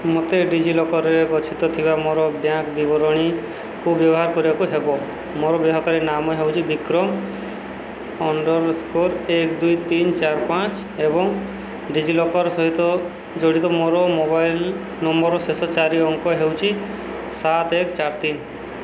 ମୋତେ ଡି ଜି ଲକର୍ରେ ଗଚ୍ଛିତ ଥିବା ମୋର ବ୍ୟାଙ୍କ୍ ବିବରଣୀକୁ ବ୍ୟବହାର କରିବାକୁ ହେବ ମୋର ବ୍ୟବହାର କାରୀ ନାମ ହେଉଛି ବିକ୍ରମ ଅଣ୍ଡର୍ ସ୍କୋର୍ ଏକ ଦୁଇ ତିନ ଚାରି ପାଞ୍ଚ ଏବଂ ଡି ଜି ଲକର୍ ସହିତ ଜଡ଼ିତ ମୋର ମୋବାଇଲ୍ ନମ୍ବର୍ର ଶେଷ ଚାରି ଅଙ୍କ ହେଉଛି ସାତ ଏକ ଚାରି ତିନ